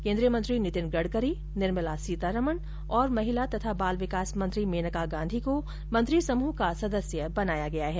केन्द्रीय मंत्री नितिन गड़करी निर्मला सीतारामन और महिला और बाल विकास मंत्री मेनका गांधी को मंत्रिसमूह का सदस्य बनाया गया है